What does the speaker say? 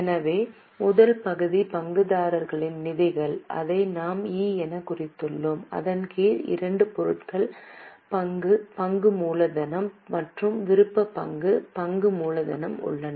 எனவே முதல் பகுதி பங்குதாரர்களின் நிதிகள் அதை நாம் E எனக் குறித்துள்ளோம் இதன் கீழ் இரண்டு பொருட்கள் பங்கு பங்கு மூலதனம் மற்றும் விருப்ப பங்கு பங்கு மூலதனம் உள்ளன